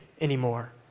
anymore